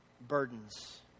burdens